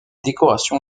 décoration